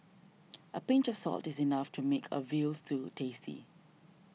a pinch of salt is enough to make a Veal Stew tasty